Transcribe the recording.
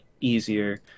easier